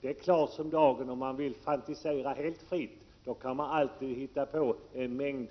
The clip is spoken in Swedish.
Det är klart som dagen att om man vill fantisera helt fritt, kan man alltid hitta på en mängd